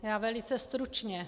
Já velice stručně.